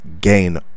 gain